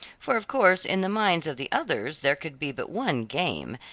for of course in the minds of the others there could be but one game,